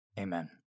Amen